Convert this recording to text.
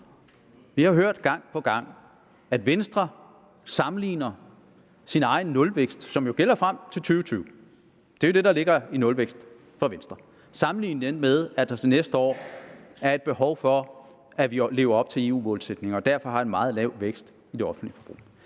Vi har hørt gang på gang, at Venstre sammenligner sin egen nulvækst, som jo gælder frem til 2020 – det er jo det, der ligger i nulvækst for Venstre – med, at der til næste år er et behov for, at vi lever op til EU-målsætningen og derfor har en meget lav vækst i det offentlige forbrug.